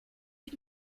ich